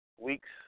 weeks